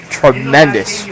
tremendous